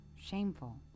shameful